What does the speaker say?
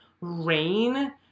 rain